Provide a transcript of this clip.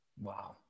Wow